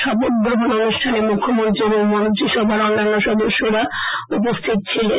শপথ গ্রহণ অনুষ্ঠানে মুখ্যমন্ত্রী এবং মন্ত্রিসভার অন্যান্য সদস্যরা উপস্থিত ছিলেন